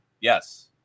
yes